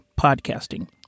podcasting